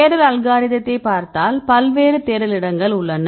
தேடல் அல்காரிதத்தை பார்த்தால் பல்வேறு தேடல் இடங்கள் உள்ளன